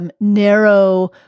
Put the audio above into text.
Narrow